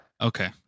Okay